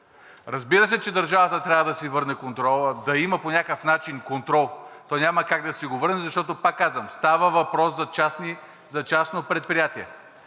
Разбира се, че държавата трябва да си върне контрола, да има по някакъв начин контрол, то няма как да си го върне, защото, пак казвам, става въпрос за частно предприятие.